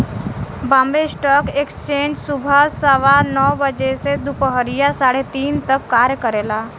Bombay stock exchange सुबह सवा नौ बजे से दूपहरिया साढ़े तीन तक कार्य करेला